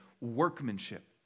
workmanship